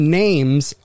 names